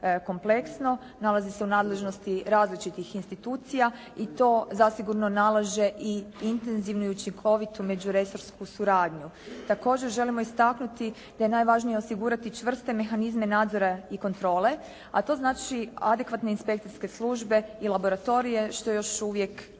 kompleksno, nalazi se u nadležnosti različitih institucija i to zasigurno nalaže i intenzivno i učinkovitu međuresorsku suradnju. Također želimo istaknuti da je najvažnije osigurati čvrste mehanizme nadzora i kontrole, a to znači adekvatne inspekcijske službe i laboratorije što još uvijek